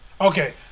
Okay